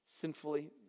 sinfully